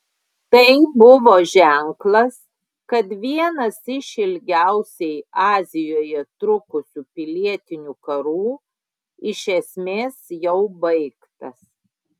tai buvo ženklas kad vienas iš ilgiausiai azijoje trukusių pilietinių karų iš esmės jau baigtas